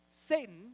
Satan